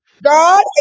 God